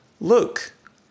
look